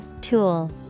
Tool